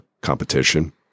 competition